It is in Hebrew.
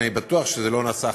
אני בטוח שזה לא נעשה,